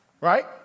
Right